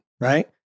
right